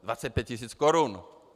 Dvacet pět tisíc korun!